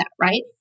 right